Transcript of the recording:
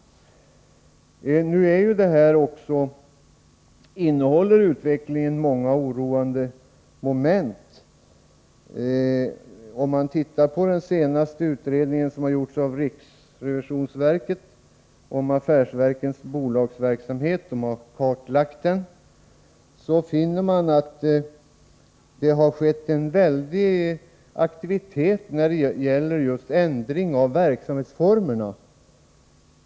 Utvecklingen innehåller många oroande moment. Riksrevisionsverket har nyligen kartlagt affärsverkens bolagsverksamhet. Om man studerar den utredningen finner man att det har varit en väldig aktivitet när det gäller just ändringar av verksamhetsformerna.